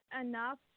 enough